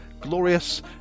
glorious